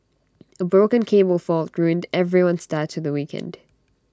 A broken cable fault ruined everyone's start to the weekend